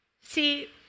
See